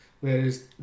Whereas